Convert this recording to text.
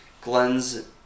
Glenn's